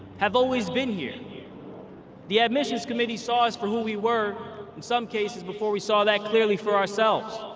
have always been here. the admissions committee saw us for who we were, in some cases before we saw that clearly for ourselves.